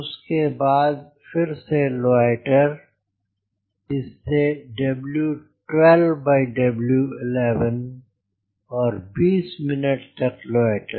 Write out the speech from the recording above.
उसके बाद फिर से लोइटेर इससे और २० मिनट तक लोइटेर